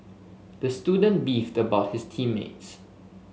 the student beefed about his team mates